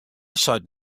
seit